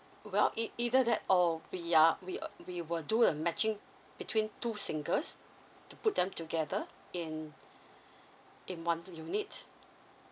well it either that or we are we uh we will do a matching between two singles to put them together in in one unit